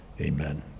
Amen